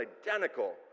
identical